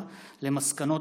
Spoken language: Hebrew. מסקנות